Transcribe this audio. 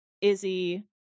Izzy